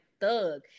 thug